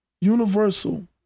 Universal